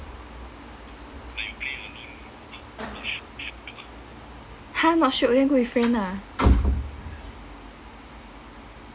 ha not shoot him who he friend ah